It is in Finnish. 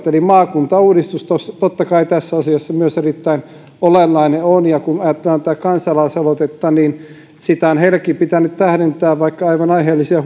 eli maakuntauudistus totta kai on myös tässä asiassa erittäin olennainen ja kun ajatellaan tätä kansalaisaloitetta niin sitä on heidänkin pitänyt tähdentää vaikka aivan aiheellisia